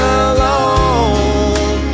alone